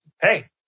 Hey